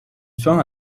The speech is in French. fin